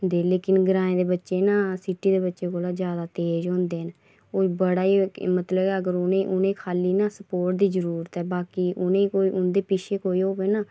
ते लेकिन ग्राएं दे बच्चे ना सिटी दे बच्चें कौलां ज्यादा तेज हुंदे न और बड़ा'ई मतलब उ'नें उ'नेंगी खाली ना स्पोर्ट दी जरूरत ऐ बाकी उ'नेंगी कोई उन्दे पिच्छे कोई होवे ना